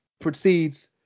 proceeds